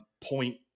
point